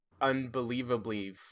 unbelievably